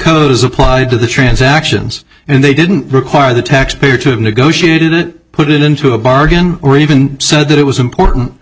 those applied to the transactions and they didn't require the taxpayer to have negotiated it put it into a bargain or even said that it was important